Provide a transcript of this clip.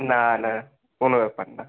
না না কোনো ব্যাপার না